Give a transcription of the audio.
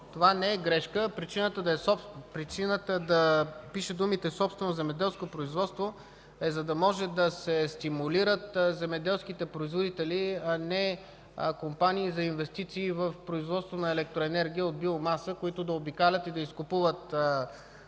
Това не е грешка. Причината да пише думите „собствено земеделско производство” е, за да може да се стимулират земеделските производители, а не компании за инвестиции в производство на електроенергия от биомаса, които да обикалят и да изкупуват отпадна